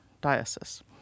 diocese